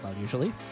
usually